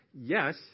yes